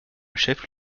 chef